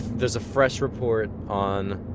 there's a fresh report on,